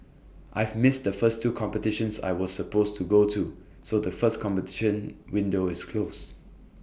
I've missed the first two competitions I was supposed to go to so the first competition window is closed